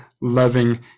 loving